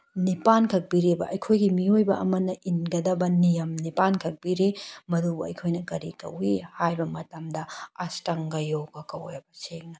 ꯅꯤꯄꯥꯜ ꯈꯛ ꯄꯤꯔꯤꯕ ꯑꯩꯈꯣꯏꯒꯤ ꯃꯤꯑꯣꯏꯕ ꯑꯃꯅ ꯏꯟꯒꯗꯕ ꯅꯤꯌꯝ ꯅꯤꯄꯥꯜ ꯈꯛ ꯄꯤꯔꯤ ꯃꯗꯨꯕꯨ ꯑꯩꯈꯣꯏꯅ ꯀꯔꯤ ꯀꯧꯋꯤ ꯍꯥꯏꯕ ꯃꯇꯝꯗ ꯑꯁꯇꯪꯒ ꯌꯣꯒ ꯀꯧꯋꯦꯕ ꯁꯦꯡꯅ